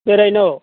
बेरायनो